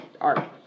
art